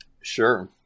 Sure